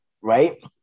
right